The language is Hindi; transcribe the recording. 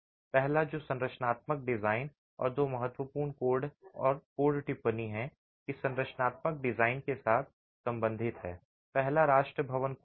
पहला जो संरचनात्मक डिजाइन और दो महत्वपूर्ण कोड और कोड टिप्पणी है कि संरचनात्मक डिजाइन के साथ संबंधित है पहला राष्ट्रीय भवन कोड है